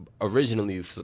originally